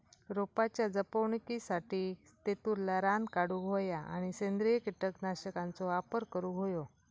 रोपाच्या जपणुकीसाठी तेतुरला रान काढूक होया आणि सेंद्रिय कीटकनाशकांचो वापर करुक होयो